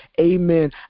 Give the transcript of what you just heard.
Amen